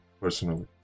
personally